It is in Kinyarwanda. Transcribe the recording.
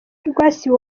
rwasibo